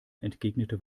entgegnete